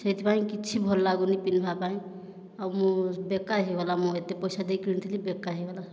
ସେଇଥିପାଇଁ କିଛି ଭଲ ଲାଗୁନି ପିନ୍ଧିବା ପାଇଁ ଆଉ ମୁଁ ବେକାର ହୋଇଗଲା ମୁଁ ଏତେ ପଇସା ଦେଇ କିଣିଥିଲି ବେକାର ହୋଇଗଲା